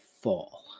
fall